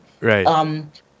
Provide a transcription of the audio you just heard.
Right